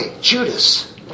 Judas